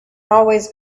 always